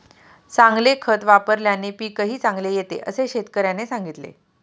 चांगले खत वापल्याने पीकही चांगले येते असे शेतकऱ्याने सांगितले